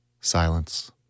silence